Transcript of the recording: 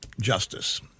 justice